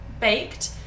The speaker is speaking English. baked